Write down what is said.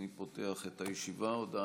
תודה.